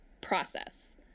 process